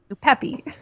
peppy